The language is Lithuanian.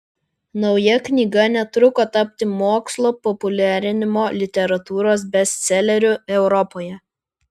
nauja knyga netruko tapti mokslo populiarinimo literatūros bestseleriu europoje